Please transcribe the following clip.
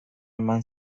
eman